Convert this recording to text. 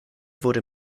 wurde